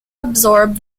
absorb